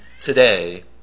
today